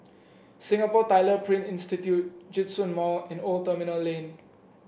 Singapore Tyler Print Institute Djitsun Mall and Old Terminal Lane